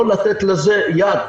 לא לתת לזה יד,